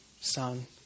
son